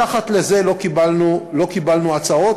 מתחת לזה לא קיבלנו הצעות,